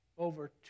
Over